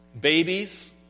Babies